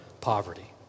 poverty